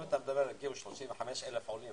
אם הגיעו 35,000 עולים,